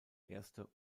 erste